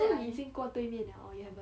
so 你已经过对面了 or you haven't